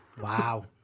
Wow